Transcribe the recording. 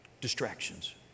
Distractions